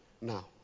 now